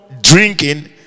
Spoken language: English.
drinking